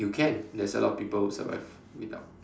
you can there's a lot of people who survive without